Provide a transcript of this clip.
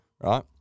Right